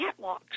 catwalks